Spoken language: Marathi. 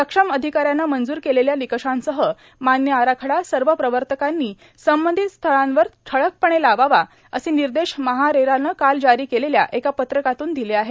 सक्षम अधिकाऱ्यानं मंजूर केलेल्या निकषांसह मान्य आराखडा सर्व प्रवर्तकांनी संबंधित स्थळांवर ठळकपणे लावावा असे निर्देश महारेराने काल जारी केलेल्या एका पत्रकातून दिले आहेत